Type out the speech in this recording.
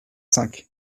cinq